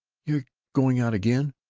you're going out again?